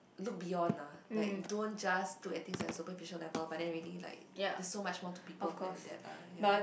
look beyond ah like don't just look at things at superficial level but then really like there's so much more to people behind that lah ya